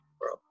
bro